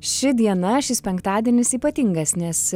ši diena šis penktadienis ypatingas nes